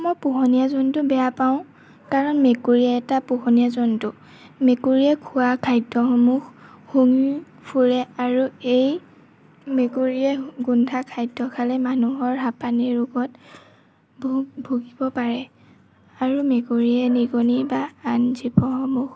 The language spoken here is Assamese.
মই পোহনীয়া জন্তু বেয়া পাওঁ কাৰণ মেকুৰী এটা পোহনীয়া জন্তু মেকুৰীয়ে খোৱা খাদ্যসমূহ শুঙি ফুৰে আৰু এই মেকুৰীয়ে গোন্ধা খাদ্য খালে মানুহৰ হাপানী ৰোগত ভুগিব পাৰে আৰু মেকুৰীয়ে নিগনি বা আন জীৱসমূহ